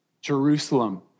Jerusalem